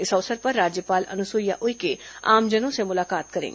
इस अवसर पर राज्यपाल अनुसुईया उइके आमजनों से मुलाकात करेंगी